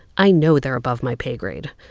i know they're above my pay grade.